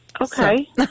Okay